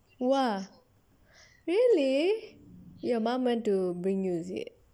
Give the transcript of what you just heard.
!wah! really your mom went to bring you is it